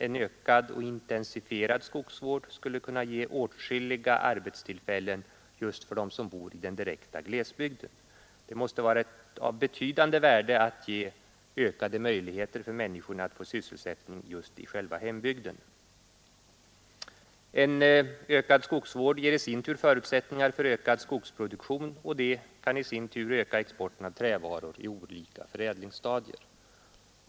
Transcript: En ökad och intensifierad skogsvård skulle kunna ge åtskilliga arbetstillfällen för dem som bor där. Det måste vara av betydande värde att ge ökade möjligheter åt dessa människor att få sysselsättning i hembygden: En bättre skogsvård ger förutsättningar för ökad skogsproduktion och det kan i sin tur öka exporten av trävaror i olika förädlingsstadier.